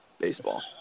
baseball